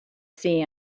see